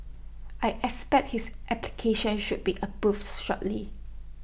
I expect his application should be approved shortly